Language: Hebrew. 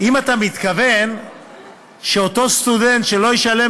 אם אתה מתכוון שאותו סטודנט שלא ישלם